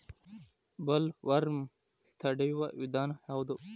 Bollworm ತಡಿಯು ವಿಧಾನ ಯಾವ್ದು?